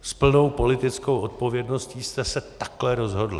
S plnou politickou odpovědností jste se takhle rozhodli.